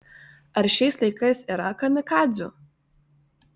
ar šiais laikais yra kamikadzių